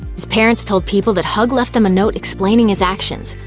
his parents told people that hug left them a note explaining his actions.